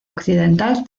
occidental